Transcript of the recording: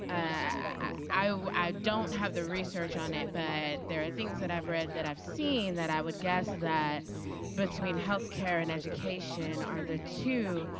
i don't have the research on it but there are things that i have read that i have seen that i would guess that between health care and education are the two